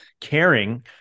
caring